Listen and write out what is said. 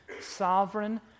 sovereign